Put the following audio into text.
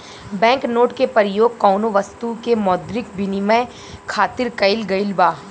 bank note के परयोग कौनो बस्तु के मौद्रिक बिनिमय खातिर कईल गइल बा